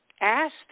asked